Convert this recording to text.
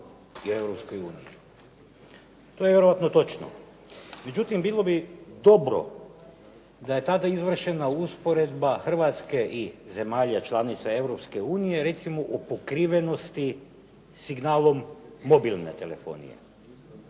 i u Europskoj uniji. To je vjerojatno točno. Međutim, bilo bi dobro da je tada izvršena usporedba Hrvatske i zemalja članica Europske unije, recimo u pokrivenosti signalom mobilne telefonije.